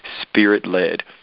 spirit-led